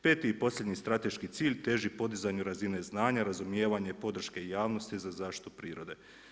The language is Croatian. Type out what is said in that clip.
5. i posljednji strateški cilj teži podizanju razine znanja, razumijevanje i podrške javnosti za zaštitu prirode.